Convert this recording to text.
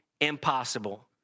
impossible